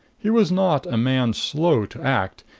he was not a man slow to act.